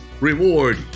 Reward